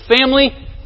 family